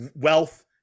wealth